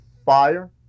fire